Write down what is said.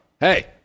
Hey